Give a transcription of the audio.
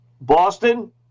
Boston